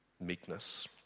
meekness